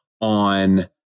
on